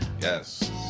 yes